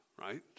right